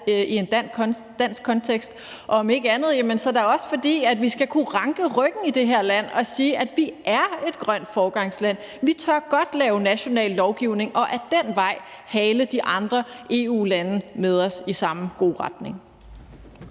i en dansk kontekst? Om ikke andet, så da også fordi vi skal kunne ranke ryggen i det her land og sige, at vi er et grønt foregangsland. Vi tør godt lave national lovgivning og ad den vej hale de andre EU-lande med os i samme gode retning.